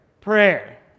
prayer